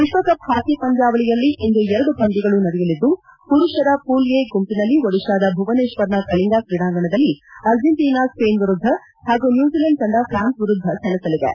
ವಿಶ್ವಕಪ್ ಹಾಕಿ ಪಂದ್ಯಾವಳಿಯಲ್ಲಿ ಇಂದು ಎರಡು ಪಂದ್ಯಗಳು ನಡೆಯಲಿದ್ದು ಪುರುಷರ ಪೂಲ್ ಎ ಗುಂಪಿನಲ್ಲಿ ಒಡಿಶಾದ ಭುವನೇಶ್ವರ್ನ ಕಳಿಂಗ ಕ್ರೀಡಾಂಗಣದಲ್ಲಿ ಅರ್ಜೆಂಟೈನಾ ಸ್ವೇನ್ ವಿರುದ್ಧ ಹಾಗೂ ನ್ಯೂಜಲ್ಕಾಂಡ್ ತಂಡ ಫ್ರಾನ್ಸ್ ವಿರುದ್ಧ ಸೆಣಸಲಿವೆ